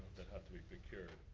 that had to be procured.